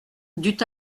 dut